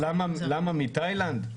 למה מתאילנד?